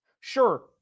Sure